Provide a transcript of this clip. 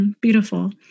Beautiful